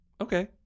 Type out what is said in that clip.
Okay